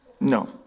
No